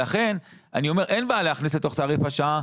לכן אני אומר שאין בעיה להכניס לתוך תעריף השעה,